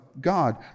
God